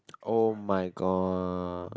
oh-my-god